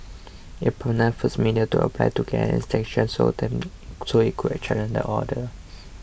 it prompted First Media to apply to get an extension of time so it could challenge the order